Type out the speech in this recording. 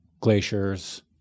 glaciers